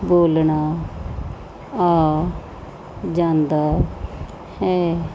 ਬੋਲਣਾ ਆ ਜਾਂਦਾ ਹੈ